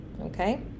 Okay